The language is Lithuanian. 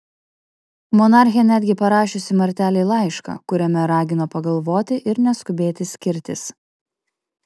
monarchė netgi parašiusi martelei laišką kuriame ragino pagalvoti ir neskubėti skirtis